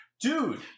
Dude